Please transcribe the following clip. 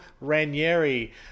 Ranieri